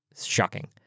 shocking